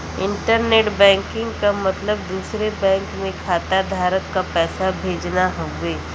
internet banking क मतलब दूसरे बैंक में खाताधारक क पैसा भेजना हउवे